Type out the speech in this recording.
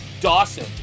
Dawson